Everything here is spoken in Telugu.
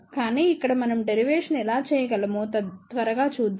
కానీ ఇక్కడ మనం డెరివేషన్ ఎలా చేయగలమో త్వరగా చూద్దాం